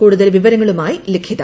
കൂടുതൽ വിവരങ്ങളുമായി ലിഖിത